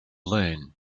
learn